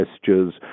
gestures